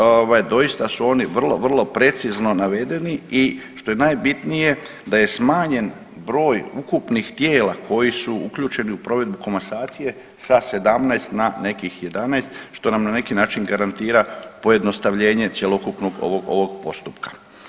Ovaj doista su oni vrlo, vrlo precizno navedeni i što je najbitnije da je smanjen broj ukupnih tijela koji su uključeni u provedbu komasacije sa 17 na nekih 11 što nam na neki način garantira pojednostavljenje cjelokupnog ovog, ovog postupka.